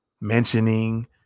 mentioning